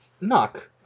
Knock